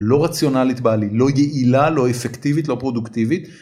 לא רציונלית בעליל. לא יעילה, לא אפקטיבית, לא פרודוקטיבית.